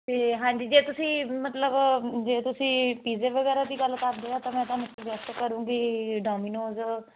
ਅਤੇ ਹਾਂਜੀ ਜੇ ਤੁਸੀਂ ਮਤਲਬ ਜੇ ਤੁਸੀਂ ਪੀਜੇ ਵਗੈਰਾ ਦੀ ਗੱਲ ਕਰਦੇ ਆ ਤਾਂ ਮੈਂ ਤੁਹਾਨੂੰ ਸੂਜੈਸਟ ਕਰੂੰਗੀ ਡੋਮੀਨੋਜ